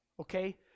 okay